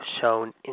shown